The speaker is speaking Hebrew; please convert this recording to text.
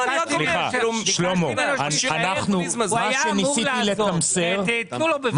היה אמור לעזוב, תנו לו בבקשה.